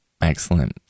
excellent